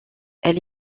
elle